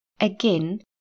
Again